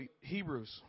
Hebrews